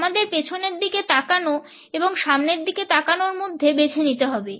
আমাদের পিছনের দিকে তাকানো এবং সামনের দিকে তাকানোর মধ্যে বেছে নিতে হবে